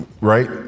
Right